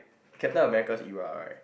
Captain-American's era right